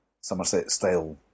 Somerset-style